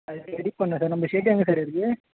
அது ரெடி பண்ணணும் சார் நம்ம ஷெட்டு எங்கே சார் இருக்குது